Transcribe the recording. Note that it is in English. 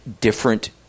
different